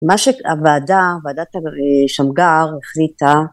מה שהוועדה, ועדת שמגר החליטה